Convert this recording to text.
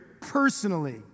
personally